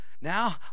Now